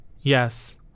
Yes